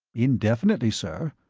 indefinitely, sir.